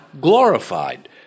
glorified